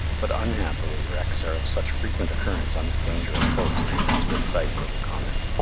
but unhappily wrecks are of such frequent occurrence on this dangerous coast as to excite little comment.